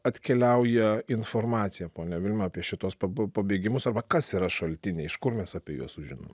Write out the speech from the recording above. atkeliauja informacija ponia vilma apie šituos pabu pabėgimus arba kas yra šaltiniai iš kur mes apie juos sužinom